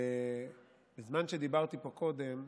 בזמן שדיברתי פה קודם,